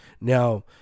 now